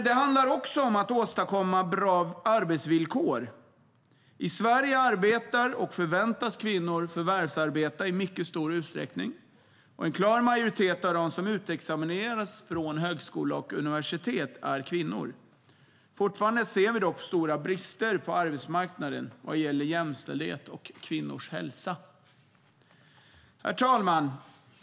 Det handlar också om att åstadkomma bra arbetsvillkor. I Sverige arbetar och förväntas kvinnor förvärvsarbeta i mycket stor utsträckning, och en klar majoritet av dem som utexamineras från högskola och universitet är kvinnor. Fortfarande ser vi dock stora brister på arbetsmarknaden vad gäller jämställdhet och kvinnors hälsa. Herr talman!